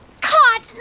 caught